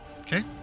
Okay